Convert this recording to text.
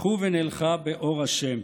לכו ונלכה באור השם".